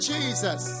Jesus